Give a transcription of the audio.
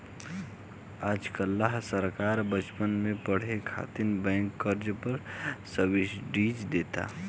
आज काल्ह सरकार बच्चन के पढ़े खातिर बैंक कर्जा पर सब्सिडी देता